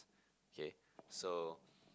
okay so